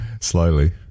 slowly